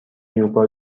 یوگا